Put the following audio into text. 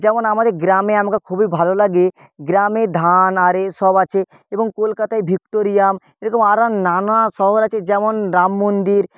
যেমন আমাদের গ্রামে আমাকে খুবই ভালো লাগে গ্রামে ধান আর এ সব আছে এবং কলকাতায় ভিক্টোরিয়া এরকম আরও নানা শহর আছে যেমন রাম মন্দির